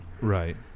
Right